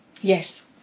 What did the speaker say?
Yes